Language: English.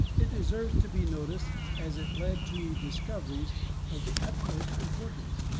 it deserves to be noticed as it led to discoveries of the utmost importance.